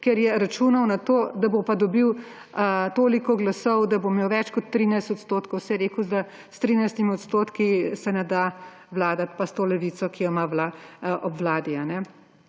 ker je računal na to, da bo dobil toliko glasov, da bo imel več kot 13 %. Saj je rekel, da s 13 % se ne da vladati, in s to Levico, ki jo ima ob vladi.